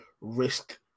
risk